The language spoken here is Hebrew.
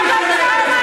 הייתן קמות וצועקות.